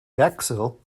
bexhill